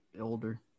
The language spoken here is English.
older